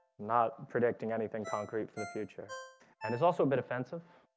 not predicting anything concrete for the future and there's also a bit offensive